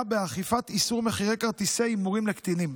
באכיפת איסור מכירת כרטיסי הימורים לקטינים,